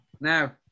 Now